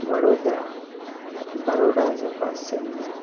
वडोदड़ा बरौड़ा जे पासे में